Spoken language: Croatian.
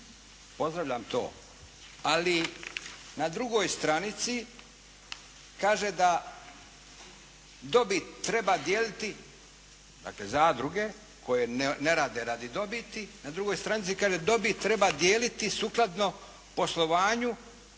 Pozdravljam to. Ali na drugoj stranici kaže da dobit treba dijeliti, dakle zadruge koje ne rade radi dobiti na drugoj stranici, kaže dobit treba dijeliti sukladno poslovanju